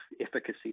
efficacy